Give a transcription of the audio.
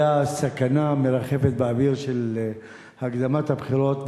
הסכנה המרחפת באוויר של הקדמת הבחירות,